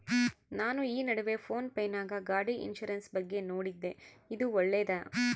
ನಾನು ಈ ನಡುವೆ ಫೋನ್ ಪೇ ನಾಗ ಗಾಡಿ ಇನ್ಸುರೆನ್ಸ್ ಬಗ್ಗೆ ನೋಡಿದ್ದೇ ಇದು ಒಳ್ಳೇದೇನಾ?